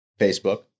Facebook